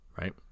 right